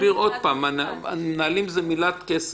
נניח יש